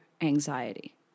anxiety